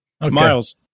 Miles